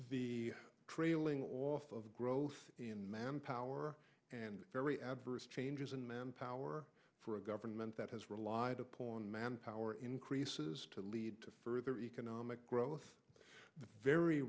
the trailing off of growth in manpower and very adverse changes in manpower for a government that has relied upon man power increases to lead to further economic growth